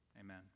Amen